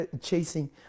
chasing